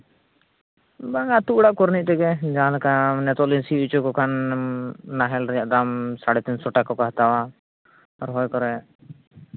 ᱵᱟᱝ ᱟᱹᱛᱩ ᱚᱲᱟᱜ ᱠᱚᱨᱱ ᱛᱮᱜᱮ ᱡᱟᱦᱟᱸ ᱞᱮᱠᱟ ᱱᱤᱛᱚᱜ ᱞᱤᱧ ᱥᱤ ᱦᱚᱪᱚ ᱞᱮᱠ ᱠᱷᱟᱱ ᱱᱟᱦᱮᱞ ᱨᱮᱭᱟᱜ ᱫᱟᱢ ᱥᱟᱲᱮ ᱛᱤᱱ ᱥᱚ ᱴᱟᱠᱟ ᱠᱚ ᱦᱟᱛᱟᱣᱟ ᱨᱚᱦᱚᱭ ᱠᱚᱨᱮ